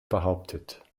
behauptet